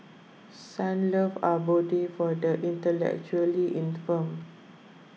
Sunlove Abode for the Intellectually Infirmed